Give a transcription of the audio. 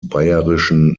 bayerischen